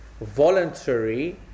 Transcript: voluntary